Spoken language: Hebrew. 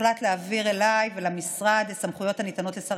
הוחלט להעביר אליי ולמשרד סמכויות הניתנות לשר